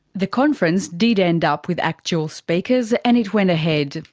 the conference did end up with actual speakers, and it went ahead.